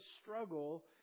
struggle